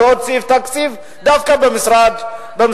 אני רוצה להצביע על עוד סעיף תקציבי דווקא במשרד הפנים,